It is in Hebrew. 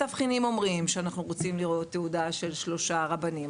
התבחינים אומרים שאנחנו רוצים לראות תעודה של שלושה רבנים,